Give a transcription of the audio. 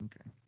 Okay